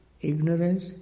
ignorance